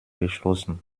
geschlossen